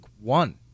one